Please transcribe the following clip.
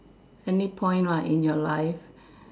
any point lah in your life